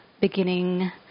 beginning